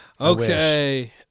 Okay